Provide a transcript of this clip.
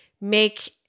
make